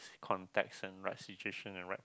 context and right situation and right